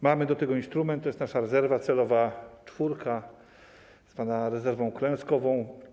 Mamy do tego instrument, to jest nasza rezerwa celowa czwórka, zwana rezerwą klęskową.